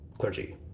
clergy